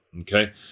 Okay